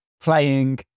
playing